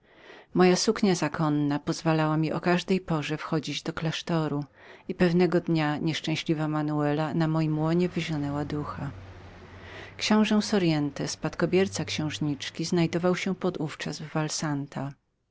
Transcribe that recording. suknia moja zakonna pozwalała mi o każdej porze wchodzić do klasztoru i pewnego dnia nieszczęśliwa manuela na mojem łonie wyzionęła ducha książe soriente dziedzic księżniczki znajdował się podówczas w